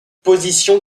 position